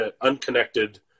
unconnected